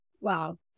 Wow